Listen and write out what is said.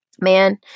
man